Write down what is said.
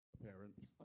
parents